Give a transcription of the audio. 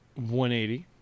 180